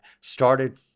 started